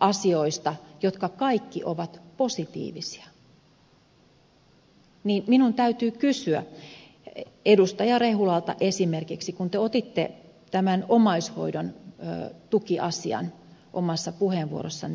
asioista jotka kaikki ovat positiivisia ja minun täytyy kysyä edustaja rehulalta esimerkiksi siitä kun te otitte tämän omaishoidon tukiasian omassa puheenvuorossanne esille